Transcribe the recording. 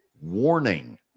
Warning